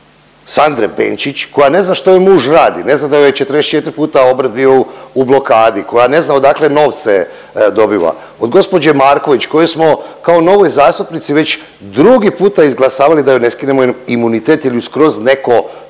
Sandre Benčić koja ne zna što joj muž radi, ne zna da joj je 44 puta obrt bio u blokadi, koja ne zna odakle novce dobiva, od gospođe Marković koju smo kao novoj zastupnici već drugi puta izglasavali da joj ne skinemo imunitet jer ju skroz netko